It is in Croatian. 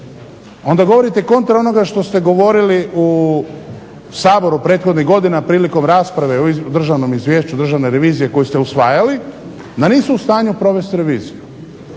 onda govorite kontra onoga što ste govorili u Saboru prethodnih godina prilikom rasprave o državnom izvješću Državne revizije koju ste usvajali da nisu u stanju provesti reviziju.